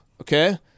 okay